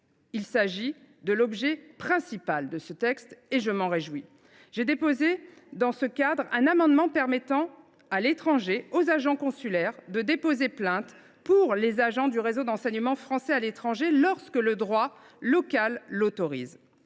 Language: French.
C’est là l’objet principal de ce texte, et je m’en réjouis. J’ai déposé à cet égard un amendement visant à permettre aux agents consulaires de déposer plainte pour les agents du réseau d’enseignement français à l’étranger lorsque le droit local l’autorise.